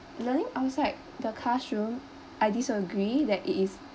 learning outside the classroom I disagree that it is